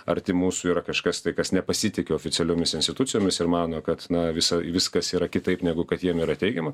arti mūsų yra kažkas tai kas nepasitiki oficialiomis institucijomis ir mano kad na visa viskas yra kitaip negu kad jiem yra teikiama